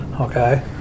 Okay